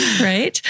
Right